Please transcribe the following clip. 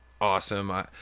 awesome